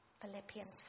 Philippians